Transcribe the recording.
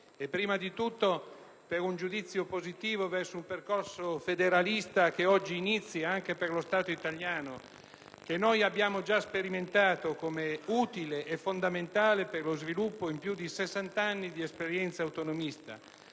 Prima di tutto per un giudizio positivo verso un percorso federalista, che oggi inizia anche per lo Stato italiano e che noi abbiamo già sperimentato, come utile e fondamentale per lo sviluppo, in più di 60 anni di esperienza autonomista.